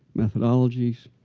methodologies.